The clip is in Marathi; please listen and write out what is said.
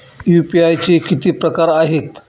यू.पी.आय चे किती प्रकार आहेत?